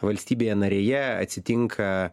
valstybėje narėje atsitinka